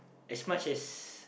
as much as